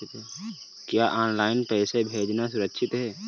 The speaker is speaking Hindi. क्या ऑनलाइन पैसे भेजना सुरक्षित है?